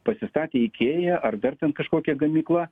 pasistatė ikea ar dar ten kažkokia gamykla